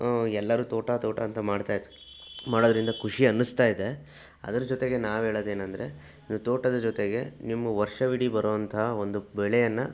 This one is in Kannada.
ಎಲ್ಲರೂ ತೋಟ ತೋಟ ಅಂತ ಮಾಡ್ತಾ ಮಾಡೋದ್ರಿಂದ ಖುಷಿ ಅನ್ನಿಸ್ತಾಯಿದೆ ಅದರ ಜೊತೆಗೆ ನಾವು ಹೇಳೋದೇನೆಂದ್ರೆ ತೋಟದ ಜೊತೆಗೆ ನಿಮ್ಮ ವರ್ಷವಿಡೀ ಬರುವಂತಹ ಒಂದು ಬೆಳೆಯನ್ನು